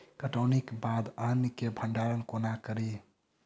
कटौनीक बाद अन्न केँ भंडारण कोना करी?